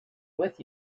with